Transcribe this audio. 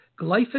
glyphosate